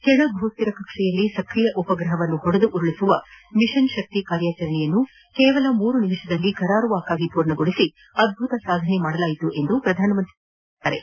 ಕೆಳ ಭೂಸ್ಟಿರ ಕಕ್ಷೆಯಲ್ಲಿ ಸಕ್ರಿಯ ಉಪಗ್ರಹವನ್ನು ಹೊಡೆದು ಉರುಳಿಸುವ ಮಿಷನ್ ಶಕ್ತಿ ಕಾರ್ಯಾಚರಣೆಯನ್ನು ಕೇವಲ ಮೂರು ನಿಮಿಷಗಳಲ್ಲಿ ಕರಾರುವಕ್ಕಾಗಿ ಪೂರ್ಣಗೊಳಿಸಿ ಅದ್ದುತ ಸಾಧನೆ ಮಾಡಲಾಯಿತು ಎಂದು ಪ್ರಧಾನ ಮಂತ್ರಿ ನರೇಂದ್ರ ಮೋದಿ ಪ್ರಕಟಿಸಿದ್ದಾರೆ